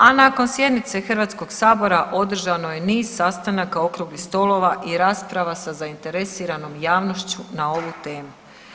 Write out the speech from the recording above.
A nakon sjednice Hrvatskog sabora održano je niz sastanaka, okruglih stolova i rasprava sa zainteresiranom javnošću na ovu temu.